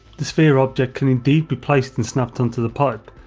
the sphere object can indeed be placed and snapped on to the pipe,